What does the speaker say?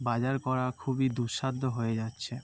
বাজার করা খুবই দুঃসাধ্য হয়ে যাচ্ছে